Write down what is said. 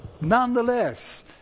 nonetheless